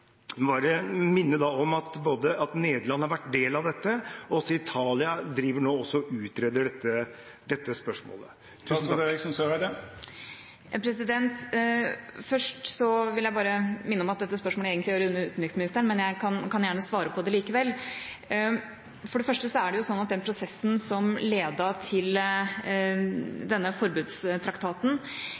bare minne om at Nederland har vært del av dette, og at Italia nå driver og utreder dette spørsmålet. Først vil jeg minne om at dette spørsmålet egentlig hører inn under utenriksministeren, men jeg kan gjerne svare på det likevel. For det første er den prosessen som ledet til denne forbudstraktaten,